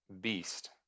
beast